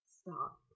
stop